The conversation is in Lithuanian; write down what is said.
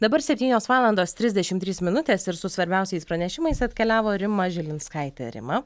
dabar septynios valandos trisdešim trys minutės ir su svarbiausiais pranešimais atkeliavo rima žilinskaitė rima